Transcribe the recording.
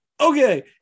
okay